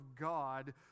God